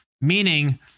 meaning